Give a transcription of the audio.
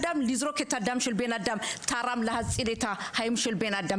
כשזורקים דם של אדם שהוא תרם כדי להציג חיים של אדם?